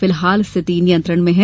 फिलहाल स्थिति नियंत्रण में है